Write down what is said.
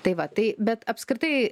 tai va tai bet apskritai